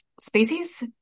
species